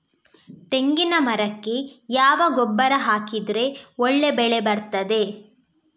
ತೆಂಗಿನ ಮರಕ್ಕೆ ಯಾವ ಗೊಬ್ಬರ ಹಾಕಿದ್ರೆ ಒಳ್ಳೆ ಬೆಳೆ ಬರ್ತದೆ?